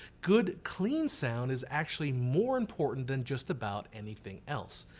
good clean sound is actually more important than just about anything else.